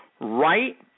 Right